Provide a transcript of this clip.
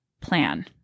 plan